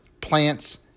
plants